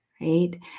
Right